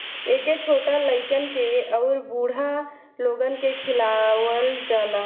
एके छोट लइकन के अउरी बूढ़ लोगन के खियावल जाला